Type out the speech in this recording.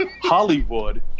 Hollywood